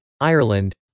Ireland